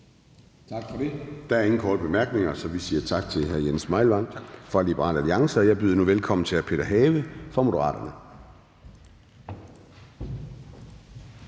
Gade): Der er ingen korte bemærkninger, så vi siger tak til hr. Jens Meilvang fra Liberal Alliance. Jeg byder nu velkommen til hr. Peter Have fra Moderaterne.